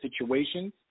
situations